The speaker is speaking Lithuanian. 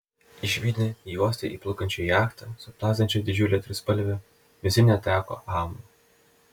išvydę į uostą įplaukiančią jachtą su plazdančia didžiule trispalve visi neteko amo